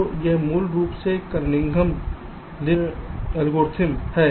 तो यह मूल रूप से Kernighan लिन द्विदलीय एल्गोरिथ्म है